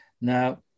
Now